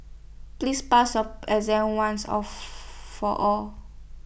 please pass your exam once or for all